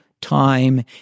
time